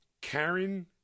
Karen